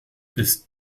ist